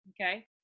Okay